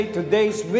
Today's